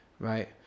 right